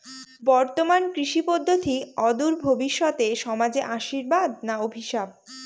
বর্তমান কৃষি পদ্ধতি অদূর ভবিষ্যতে সমাজে আশীর্বাদ না অভিশাপ?